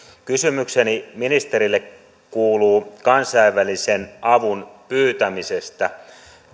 kysymykseni ministerille kuuluu kansainvälisen avun pyytämisestä